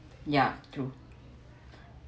ya true